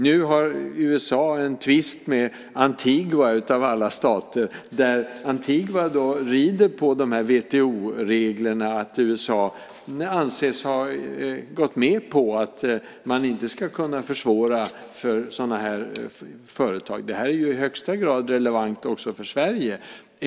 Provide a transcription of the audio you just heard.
Nu har USA en tvist med Antigua, av alla stater, där Antigua rider på de här WTO-reglerna där USA anses ha gått med på att man inte ska kunna försvåra för sådana här företag. Det här är i högsta grad relevant också för Sverige.